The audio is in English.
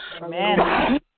Amen